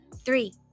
three